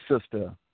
sister